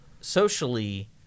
Socially